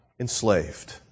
enslaved